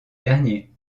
dernier